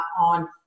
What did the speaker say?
on